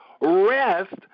rest